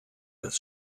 das